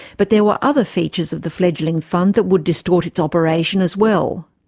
but there were other features of the fledgling fund that would distort its operation as well.